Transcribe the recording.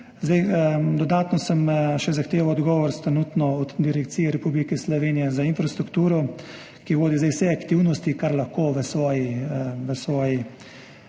Dodatno sem še zahteval odgovor od Direkcije Republike Slovenije za infrastrukturo, ki vodi zdaj vse aktivnosti, to, kar pač ima v svoji